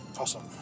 Awesome